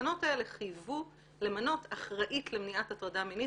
והתקנות האלה חייבו למנות אחראית למניעת הטרדה מינית,